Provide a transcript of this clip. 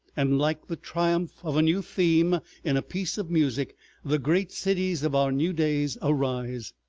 and like the triumph of a new theme in a piece of music the great cities of our new days arise.